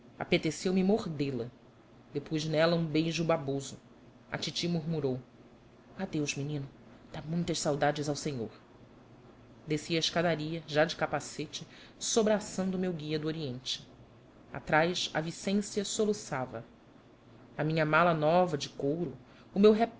rapé apeteceu me mordê la depus nela um beijo baboso a titi murmurou adeus menino dá muitas saudades ao senhor desci a escadaria já de capacete sobraçando o meu guia do oriente atrás a vicência soluçava a minha mala nova de couro o meu